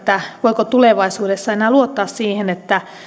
voiko tulevaisuudessa enää luottaa siihen että